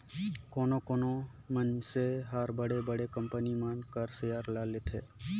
कोनो कोनो मइनसे हर बड़े बड़े कंपनी मन कर सेयर ल लेथे